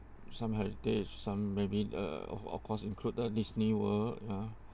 some heritage some maybe uh of of course included Disney world ya